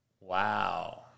Wow